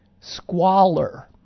Squalor